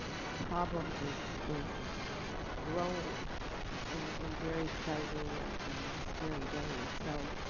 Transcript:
the problem is is growing in in very frightening and and scary ways. so,